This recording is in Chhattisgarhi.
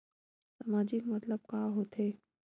सामाजिक मतलब का होथे?